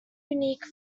unique